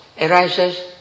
arises